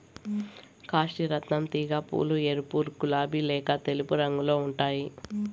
కాశీ రత్నం తీగ పూలు ఎరుపు, గులాబి లేక తెలుపు రంగులో ఉంటాయి